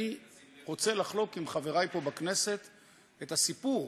אני רוצה לחלוק עם חברי פה בכנסת את הסיפור